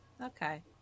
Okay